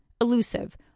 Elusive